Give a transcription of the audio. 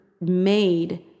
made